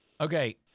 Okay